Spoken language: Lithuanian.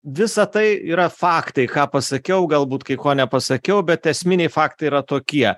visa tai yra faktai ką pasakiau galbūt kai ko nepasakiau bet esminiai faktai yra tokie